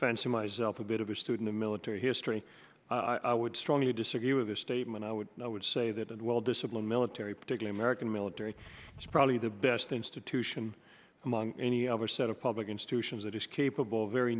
fancy myself a bit of a student of military history i would strongly disagree with this statement i would i would say that and well disciplined military particular american military is probably the best institution among any other set of public institutions that is capable of very